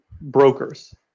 brokers